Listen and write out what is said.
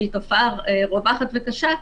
שהיא תופעה רווחת וקשה,